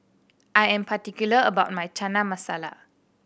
I am particular about my Chana Masala